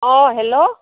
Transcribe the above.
অঁ হেল্ল'